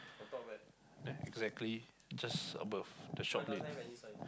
there exactly just above the shop name